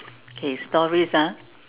okay stories ah